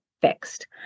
fixed